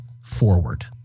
forward